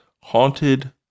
haunted